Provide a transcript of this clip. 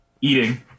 Eating